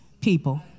people